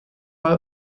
mal